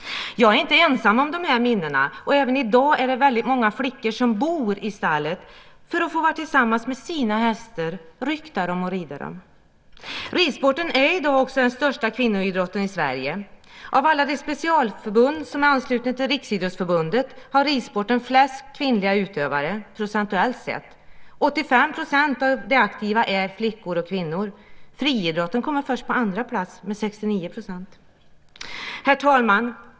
Jag är inte ensam om de minnena. Även i dag är det väldigt många flickor som "bor" i stallet för att få vara tillsammans med sina hästar, rykta dem och rida dem. Ridsporten är i dag också den största kvinnoidrotten i Sverige. Av alla de specialförbund som är ansluta till Riksidrottsförbundet har ridsporten flest kvinnliga utövare procentuellt sett. 85 % av de aktiva är flickor och kvinnor. Friidrotten kommer först på andra plats med 69 %. Herr talman!